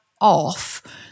off